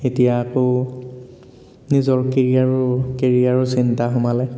এতিয়া আকৌ নিজৰ কেৰিয়াৰো কেৰিয়াৰৰ চিন্তা সোমালে